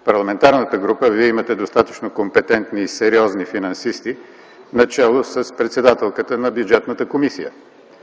в парламентарната група Вие имате достатъчно компетентни и сериозни финансисти, начело с председателката на Бюджетната комисия